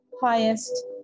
highest